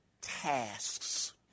tasks